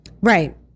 Right